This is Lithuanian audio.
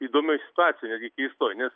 įdomioj situacijoj netgi keistoj